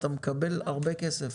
אתה מקבל הרבה כסף.